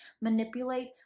manipulate